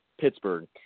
Pittsburgh